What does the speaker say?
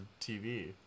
TV